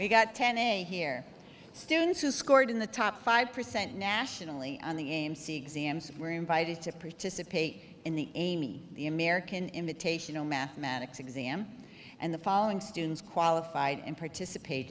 we got ten a here students who scored in the top five percent nationally on the game c exams were invited to participate in the amy the american imitation no mathematics exam and the following students qualified and participate